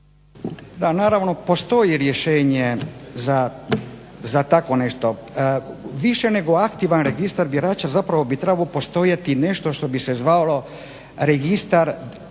Pa naravno, postoji rješenje za takvo nešto. Više nego aktivan Registar birača, zapravo bi trebalo postojati nešto što bi se zvalo Registar